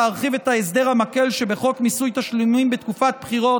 מוצע להרחיב את ההסדר המקל שבחוק מיסוי תשלומים בתקופת בחירות,